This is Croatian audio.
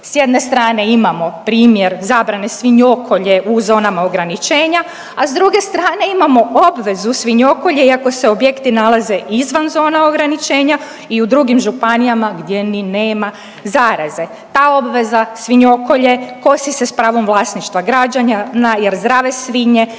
S jedne strane imamo primjer zabrane svinjokolje u zonama ograničenja, a s druge strane, imamo obvezu svinjokolje iako se objekti nalaze izvan zona ograničenja i u drugim županijama gdje ni nema zaraze. Ta obveza svinjokolje kosi se s pravom vlasništva građana jer zdrave svinje ne